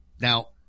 Now